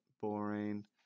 boring